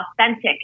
authentic